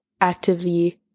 actively